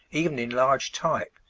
even in large type,